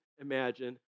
imagine